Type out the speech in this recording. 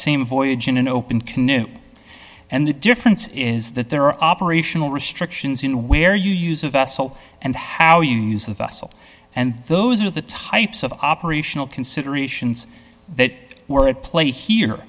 same voyage in an open canoe and the difference is that there are operational restrictions in where you use a vessel and how you use the fossil and those are the types of operational considerations that were at play here